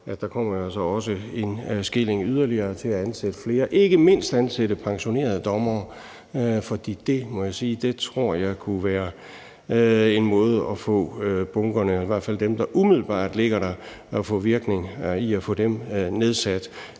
der jo så også kommer en skilling yderligere til at ansætte flere, ikke mindst ansætte pensionerede dommere. For jeg må sige, at det tror jeg kunne være en måde at få bunkerne, i hvert fald dem, der umiddelbart ligger der, nedbragt på. Der er